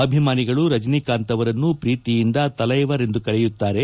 ಅಭಿಮಾನಿಗಳು ರಜನಿಕಾಂತ್ ಅವರನ್ನು ಪ್ರೀತಿಯಿಂದ ತಲೈವರ್ ಎಂದು ಕರೆಯುತ್ತಾರೆ